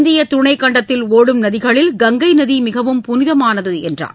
இந்திய துணைக்கண்டத்தில் ஒடும் நதிகளில் கங்கை நதி மிகவும் புனிதமானது என்றார்